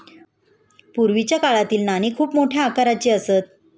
पूर्वीच्या काळातील नाणी खूप मोठ्या आकाराची असत